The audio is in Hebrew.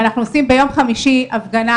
ואנחנו עושים ביום חמישי הפגנה